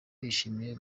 yishimiye